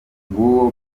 nguwo